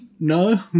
No